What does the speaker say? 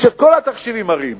כשכל התחשיבים מראים